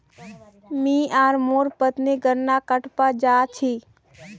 मी आर मोर पत्नी गन्ना कटवा जा छी